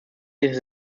ist